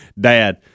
Dad